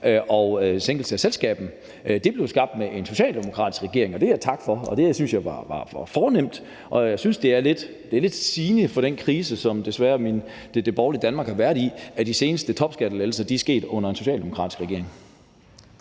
en sænkelse af selskabsskatten, blev skabt med en socialdemokratisk regering. Det vil jeg takke for – det synes jeg var fornemt. Og jeg synes, det er lidt sigende for den krise, som det borgerlige Danmark desværre har været i, at de seneste topskattelettelser er sket under en socialdemokratisk regering.